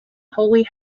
holy